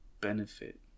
benefit